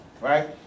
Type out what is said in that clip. right